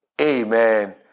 amen